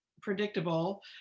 predictable